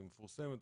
היא מפורסמת,